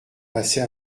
passer